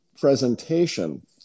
presentation